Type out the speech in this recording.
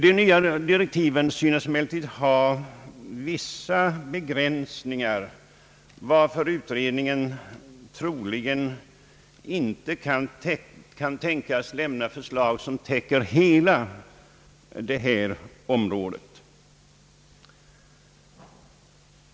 De nya direktiven synes emellertid innebära vissa begränsningar, varför utredningen troligen inte kan tänkas lämna förslag som täcker hela detta område.